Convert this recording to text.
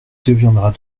deviendra